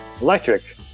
electric